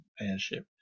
airship